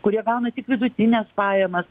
kurie gauna tik vidutines pajamas